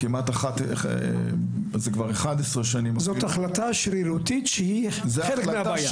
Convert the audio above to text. זאת החלטה שרירותית שהיא חלק מהבעיה.